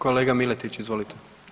Kolega Miletić, izvolite.